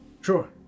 Sure